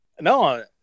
no